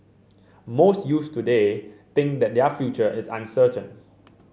most youths today think that their future is uncertain